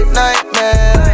nightmare